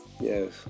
Yes